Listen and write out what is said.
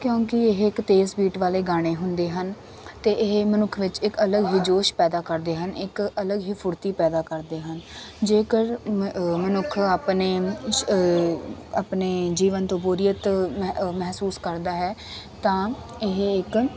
ਕਿਉਂਕਿ ਇਹ ਇੱਕ ਤੇਜ਼ ਬੀਟ ਵਾਲੇ ਗਾਣੇ ਹੁੰਦੇ ਹਨ ਅਤੇ ਇਹ ਮਨੁੱਖ ਵਿੱਚ ਇੱਕ ਅਲੱਗ ਹੀ ਜੋਸ਼ ਪੈਦਾ ਕਰਦੇ ਹਨ ਇੱਕ ਅਲੱਗ ਹੀ ਫੁਰਤੀ ਪੈਦਾ ਕਰਦੇ ਹਨ ਜੇਕਰ ਮ ਮਨੁੱਖ ਆਪਣੇ ਆਪਣੇ ਜੀਵਨ ਤੋਂ ਬੋਰੀਅਤ ਮ ਮਹਿਸੂਸ ਕਰਦਾ ਹੈ ਤਾਂ ਇਹ ਇੱਕ